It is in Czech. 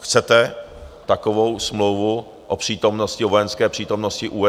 Chcete takovou smlouvu o přítomnosti, vojenské přítomnosti USA?